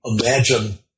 imagine